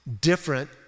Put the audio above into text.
different